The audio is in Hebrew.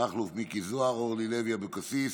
מכלוף מיקי זוהר, אורלי לוי אבקסיס,